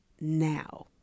now